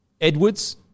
Edwards